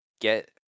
get